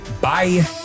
Bye